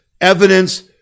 evidence